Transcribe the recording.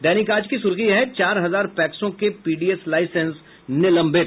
दैनिक आज की सुर्खी है चार हजार पैक्स के पीडीएस लाईसेंस निलंबित